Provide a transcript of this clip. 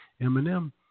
Eminem